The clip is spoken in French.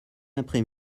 après